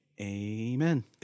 Amen